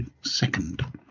second